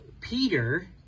Peter